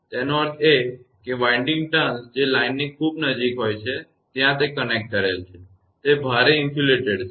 તેનો અર્થ એ કે વિન્ડિંગ ટર્ન્સ જે લાઇનની ખૂબ નજીક હોય છે જ્યાં તે કનેક્ટ થયેલ છે તે ભારે ઇન્સ્યુલેટેડ અવાહક છે